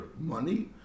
money